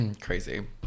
crazy